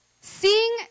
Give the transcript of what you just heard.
seeing